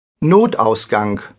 Notausgang